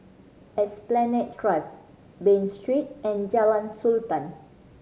Esplanade Drive Bain Street and Jalan Sultan